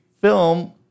film